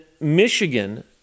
Michigan